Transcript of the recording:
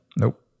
Nope